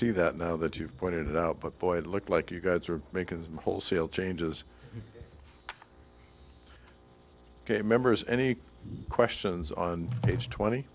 see that now that you've pointed out but boy it looked like you guys were making wholesale changes ok members any questions on page twenty